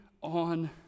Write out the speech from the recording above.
on